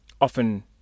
often